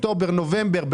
אוקטובר ונובמבר,